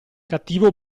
cattivo